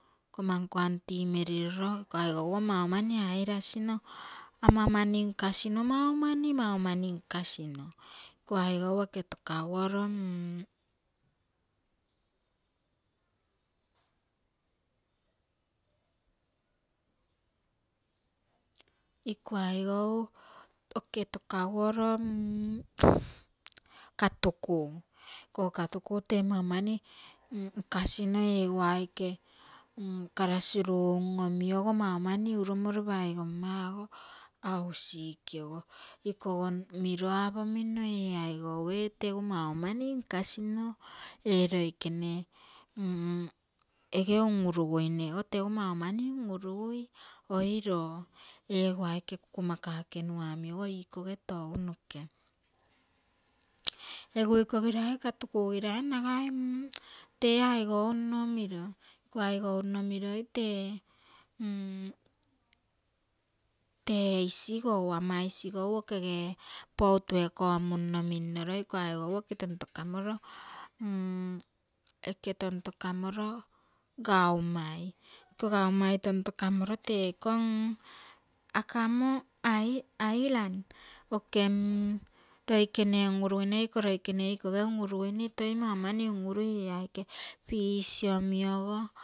Nkomma nko aunty meriroro iko aigou ogo mau mani airasino, ama mani nkasi no, mau mani, mau mani nkasino iko aigou oke tokagou oro, iko aigou oke tokaguoro katuku. iko katuku tee mau mani nkasino ego aike classroom omi ogo mau mani urumoro paigo mmago hausick ogo ikogo miro apomino ee aigou ee tegu mau mani nkasino ee loikene ege un-uruguineogo tegu mau mani un-urugui. oiro ego aike kukumaka eku mua omi iko tounoke. egu iko girai katuku girai nagai tee aigou nno miro, iko aigou nno miro tee isigou, ama isigou okege bou tue komunno minnoio iko aigou oke tonto kamoro, oke tonto kamoro kaumai, iko kaumai tontokamoro teko, akamo island oke loikene un-uruguine, iko loikene iko un-uruguine toi mau mani un-urui ee aike fish omi ogo.